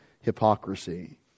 hypocrisy